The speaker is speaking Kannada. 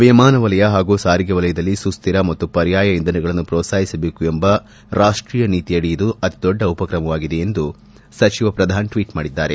ವಿಮಾನವಲಯ ಹಾಗೂ ಸಾರಿಗೆ ವಲಯದಲ್ಲಿ ಸುಶ್ಚಿರ ಮತ್ತು ಪರ್ಯಾಯ ಇಂಧನಗಳನ್ನು ಪ್ರೋತ್ವಾಹಿಸಬೇಕು ಎಂಬ ರಾಷ್ಷೀಯ ನೀತಿಯಡಿ ಇದು ಅತಿದೊಡ್ಡ ಉಪಕ್ರಮವಾಗಿದೆ ಎಂದು ಸಚಿವ ಪ್ರಧಾನ್ ಟ್ವೀಟ್ನಲ್ಲಿ ತಿಳಿಸಿದ್ದಾರೆ